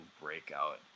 breakout